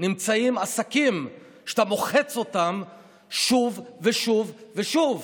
נמצאים עסקים שאתה מוחץ אותם שוב ושוב ושוב.